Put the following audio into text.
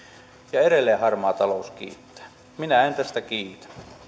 edelleen harmaa talous kiittää minä en tästä kiitä